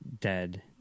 dead